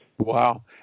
Wow